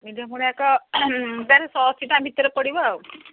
ମିଡିୟମ୍ଗୁଡାକ ତା'ର ଶହେଅଶୀ ଟଙ୍କା ଭିତରେ ପଡ଼ିବ ଆଉ